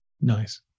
nice